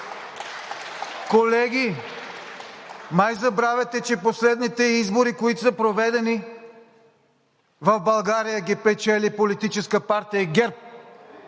Колеги, май забравяте, че последните избори, които са проведени в България, ги печели Политическа партия ГЕРБ,